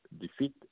defeat